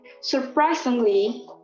Surprisingly